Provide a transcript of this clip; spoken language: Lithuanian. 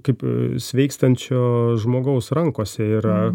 kaip sveikstančio žmogaus rankose yra